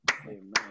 Amen